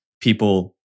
people